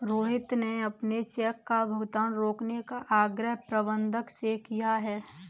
रोहित ने अपने चेक का भुगतान रोकने का आग्रह प्रबंधक से किया है